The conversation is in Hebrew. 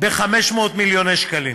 ב-500 מיליון שקלים.